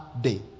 day